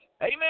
Amen